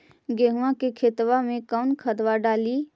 गेहुआ के खेतवा में कौन खदबा डालिए?